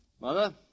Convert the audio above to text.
Mother